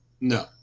No